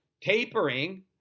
tapering